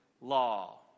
law